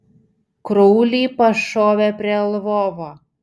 kraulį pašovė prie lvovo